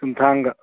ꯆꯨꯝꯊꯥꯡꯒ